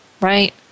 Right